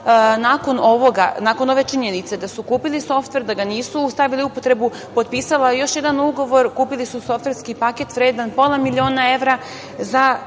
nakon ove činjenice da su kupili softver, da ga nisu stavili u upotrebu, potpisala još jedan ugovor. Kupili su softverski paket vredan pola miliona evra za,